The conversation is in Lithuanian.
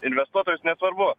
investuotojus nesvarbu